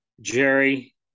Jerry